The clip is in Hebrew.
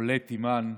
עולי תימן,